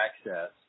access